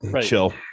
chill